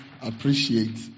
appreciate